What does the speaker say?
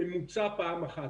ממוצה פעם אחת.